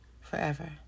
forever